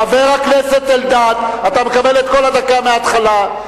חבר הכנסת אלדד, אתה מקבל את כל הדקה מהתחלה.